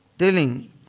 telling